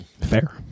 Fair